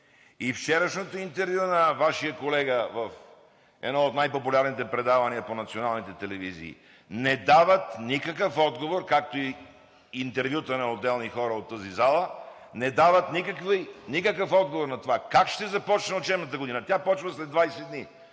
и вчерашното интервю на Вашия колега в едно от най-популярните предавания по националните телевизии, както и интервюта на отделни хора от тази зала, не дават никакъв отговор на това: как ще започне учебната година? Тя започва след 20 дни.